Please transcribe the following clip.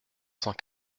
cent